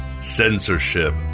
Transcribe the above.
Censorship